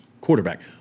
quarterback